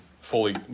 fully